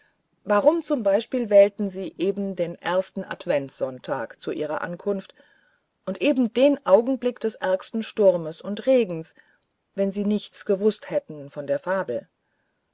warum zum beispiel wählten sie eben den ersten adventsonntag zu ihrer ankunft und eben den augenblick des ärgsten sturms und regens wenn sie nichts gewußt hätten von der fabel